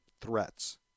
threats